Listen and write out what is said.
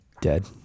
dead